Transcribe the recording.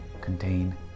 contain